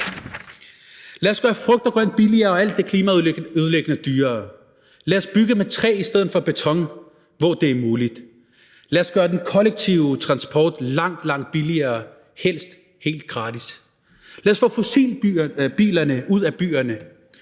Lad os gøre frugt og grønt billigere og alt det klimaødelæggende dyrere. Lad os bygge med træ i stedet for med beton, hvor det er muligt. Lad os gøre den kollektive transport langt, langt billigere, helst helt gratis. Lad os få fossilbilerne ud af byerne.